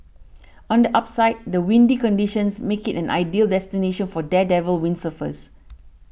on the upside the windy conditions make it an ideal destination for daredevil windsurfers